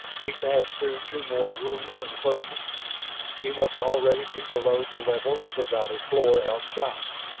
he passed through two more room enclosures he must already be below the level of the valley floor outside.